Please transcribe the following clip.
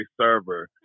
server